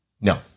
No